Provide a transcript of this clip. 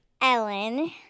Ellen